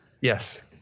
Yes